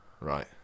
right